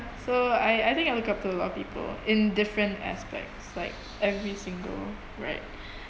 so I I think I look up to a lot of people in different aspects like every single right